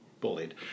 bullied